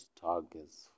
targets